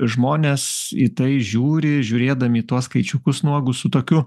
žmonės į tai žiūri žiūrėdami tuos skaičiukus nuogus su tokiu